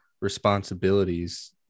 responsibilities